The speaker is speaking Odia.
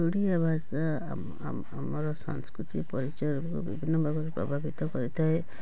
ଓଡ଼ିଆ ଭାଷା ଆମର ସାଂସ୍କୃତିକ ପରିଚୟର ବିଭିନ୍ନ ଭାବରେ ପ୍ରଭାବିତ କରିଥାଏ